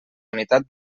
unitat